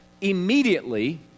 Immediately